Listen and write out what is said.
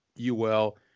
UL